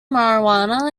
marijuana